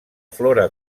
flora